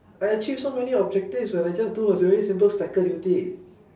I achieve so many objectives when I just do a really simple slacker duty